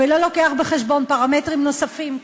ולא מביא בחשבון פרמטרים נוספים,